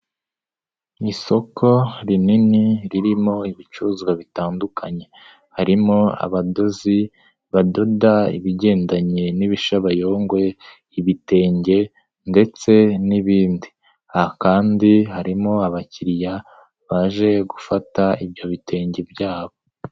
Isoko rinini ririmo ibicuruzwa bitandukanye, harimo abadozi badoda ibigendanye n'ibishabayogwe, ibitenge ndetse n'ibindi, aha kandi harimo abakiriya baje gufata ibyo bitenge byabo.